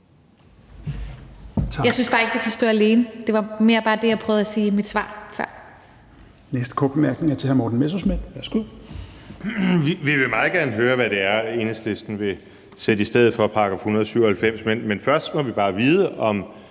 Jeg synes bare ikke, det kan stå alene. Det var mere bare det, jeg prøvede at sige i mit svar før.